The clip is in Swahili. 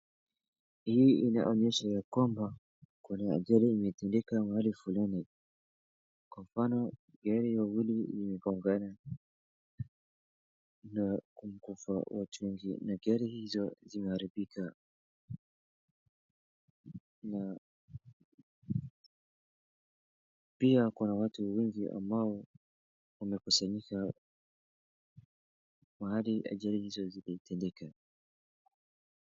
Hii inaonyesha ya kwamba kuna ajali imetendeka mahali fulani. Kwa mfano gari mawili imegongana, na kufa kwa watu wengi na gari izo zimeharibika na pia kwa watu wengi ambao wamekusanyika mahali ajali izo zilitendeka.